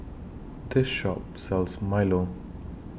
This Shop sells Milo